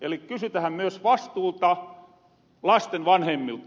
eli kysytähän myös vastuuta lasten vanhemmilta